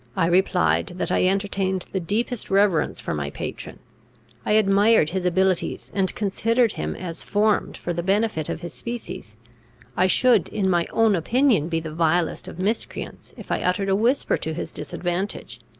i replied, that i entertained the deepest reverence for my patron i admired his abilities, and considered him as formed for the benefit of his species i should in my own opinion be the vilest of miscreants, if i uttered a whisper to his disadvantage.